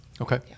Okay